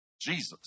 Jesus